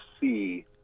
see